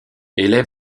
élève